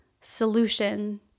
solution